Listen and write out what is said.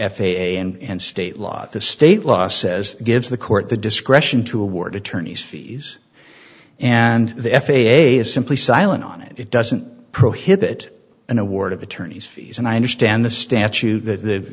a and state law the state law says gives the court the discretion to award attorneys fees and the f a a is simply silent on it it doesn't prohibit an award of attorney's fees and i understand the statute th